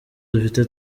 dufite